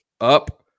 up